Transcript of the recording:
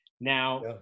Now